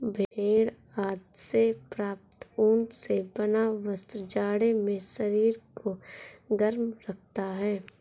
भेड़ आदि से प्राप्त ऊन से बना वस्त्र जाड़े में शरीर को गर्म रखता है